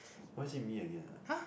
why is it me again ah